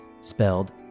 Spelled